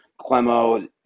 Clemo